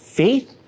faith